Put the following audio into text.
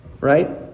right